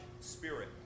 spirit